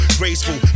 graceful